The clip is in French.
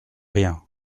rien